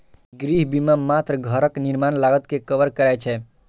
गृह बीमा मात्र घरक निर्माण लागत कें कवर करै छै